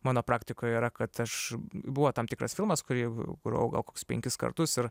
mano praktikoje yra kad aš buvo tam tikras filmas kurį grojau gal kokius penkis kartus ir